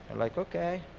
like, okay.